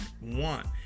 want